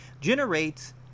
generates